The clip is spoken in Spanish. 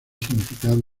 significado